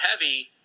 heavy